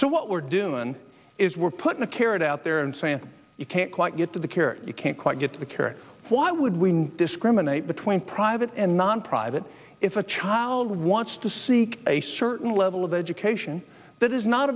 so what we're doing is we're putting a carrot out there and saying you can't quite get the care you can't quite get the care why would we discriminate between private and non private if a child wants to seek a certain level of education that is not